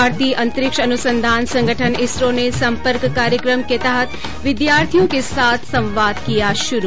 भारतीय अंतरिक्ष अनुसंधान संगठन इसरो ने संपर्क कार्यक्रम के तहत विद्यार्थियों के साथ संवाद किया शुरू